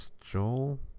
Joel